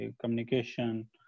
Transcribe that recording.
communication